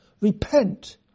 repent